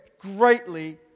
greatly